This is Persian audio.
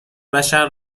بشر